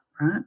right